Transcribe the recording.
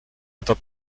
этот